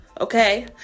okay